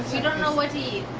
you don't know what?